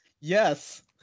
Yes